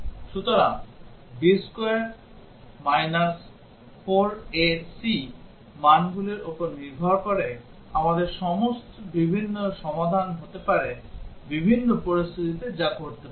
সুতরাং b2 4ac এর মানগুলির উপর নির্ভর করে আমাদের বিভিন্ন সমাধান হতে পারে বিভিন্ন পরিস্থিতিতে যা ঘটতে পারে